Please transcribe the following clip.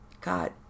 God